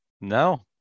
no